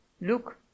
look